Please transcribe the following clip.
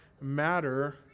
matter